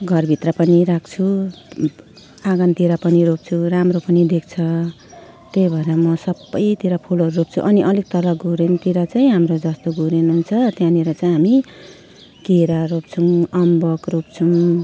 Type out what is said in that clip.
घरभित्र पनि राख्छु आँगनतिर पनि रोप्छु राम्रो पनि देख्छ त्यही भएर म सबैतिर फुलहरू रोप्छु अनि अलिक तल घुरेनतिर चाहिँ हाम्रो जस्तो घुरेन हुन्छ त्यहाँनिर चाहिँ हामी केरा रोप्छौँ अम्बक रोप्छौँ